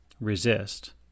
resist